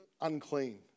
unclean